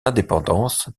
indépendance